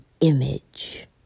image